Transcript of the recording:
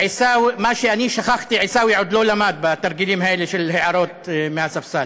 שאני שכחתי עיסאווי עוד לא למד בתרגילים האלה של הערות מהספסל.